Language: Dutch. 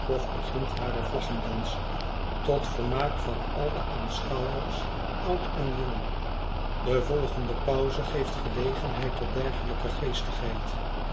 begint haar vlaggendans tot vermaak van al de aanschouwers oud en jong de volgende pauze geeft gelegenheid tot dergelijke